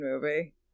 movie